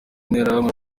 nterahamwe